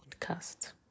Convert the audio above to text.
podcast